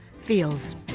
feels